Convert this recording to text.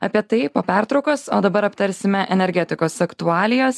apie tai po pertraukos o dabar aptarsime energetikos aktualijas